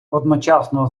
одночасно